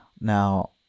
Now